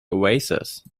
oasis